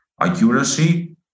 accuracy